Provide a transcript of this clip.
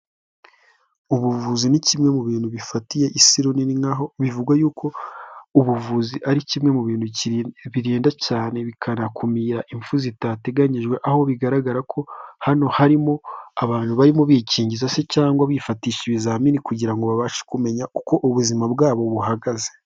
Ubuvuzi ni kimwe mu bintu bifatiye isi runini nkaho bivugwa y'uko ubuvuzi ari kimwe mu bintu birinda cyane bikanakumira impfu zitateganyijwe, aho bigaragara ko hano harimo abantu barimo bikingiza se cyangwa bifatisha ibizamini kugira ngo babashe kumenya uko ubuzima bwabo buhagaze.